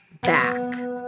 back